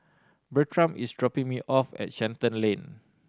Bertram is dropping me off at Shenton Lane